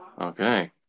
Okay